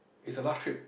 is the last trip